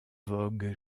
vogue